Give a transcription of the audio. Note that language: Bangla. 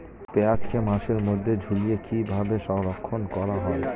পেঁয়াজকে বাসের মধ্যে ঝুলিয়ে কিভাবে সংরক্ষণ করা হয়?